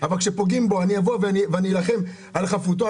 אבל כשפוגעים בו אני אלחם על חפותו,